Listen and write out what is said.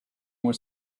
were